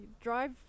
drive